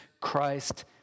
Christ